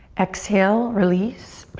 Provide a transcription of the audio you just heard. exhale, release.